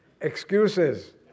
Excuses